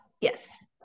yes